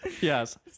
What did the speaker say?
Yes